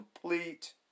complete